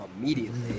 immediately